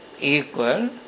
Equal